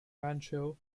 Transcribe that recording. rancho